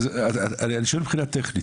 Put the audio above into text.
אני שואל מבחינה טכנית,